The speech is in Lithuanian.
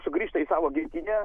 sugrįžta į savo gimtinę